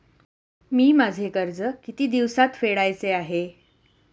मी माझे कर्ज किती दिवसांत फेडायचे आहे?